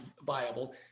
viable